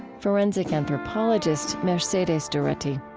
forensic anthropologist mercedes doretti.